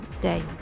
day